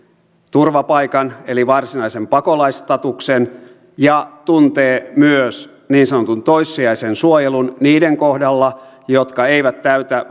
turvapaikan eli varsinaisen pakolaisstatuksen ja tuntee myös niin sanotun toissijaisen suojelun niiden kohdalla jotka eivät täytä